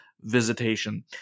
visitation